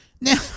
Now